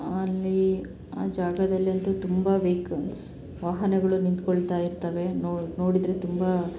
ಅಲ್ಲಿ ಆ ಜಾಗದಲ್ಲಂತೂ ತುಂಬ ವೆಹಿಕಲ್ಸ್ ವಾಹನಗಳು ನಿಂತುಕೊಳ್ತಾ ಇರ್ತವೆ ನೋಡಿದರೆ ತುಂಬ